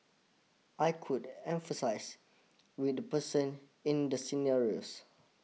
I could emphasise with the person in the scenarios